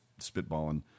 spitballing